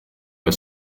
her